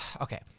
okay